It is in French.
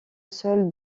sol